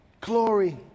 Glory